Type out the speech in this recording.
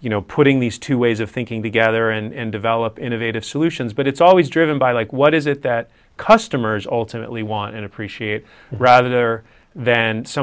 you know putting these two ways of thinking together and develop innovative solutions but it's always driven by like what is it that customers ultimately want and appreciate rather than some